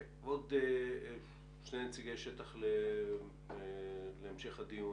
עוד שני נציגי שטח להמשך הדיון.